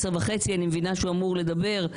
ב-22:30 אני מבינה שהוא אמור לדבר,